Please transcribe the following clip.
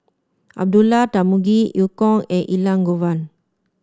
Abdullah Tarmugi Eu Kong and Elangovan